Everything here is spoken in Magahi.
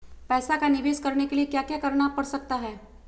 पैसा का निवेस करने के लिए क्या क्या करना पड़ सकता है?